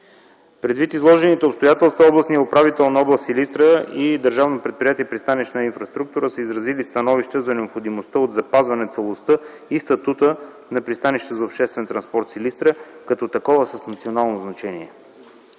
Предвид изложените обстоятелства областният управител на област Силистра и Държавно предприятие „Пристанищна инфраструктура” са изразили становища за необходимостта от запазване целостта и статута на пристанище за обществен транспорт Силистра като такова с национално значение.